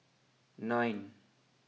nine